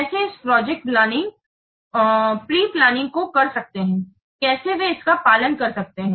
कैसे इस project planning को कर सकते हैं कैसे वे इसका पालन कर सकते हैं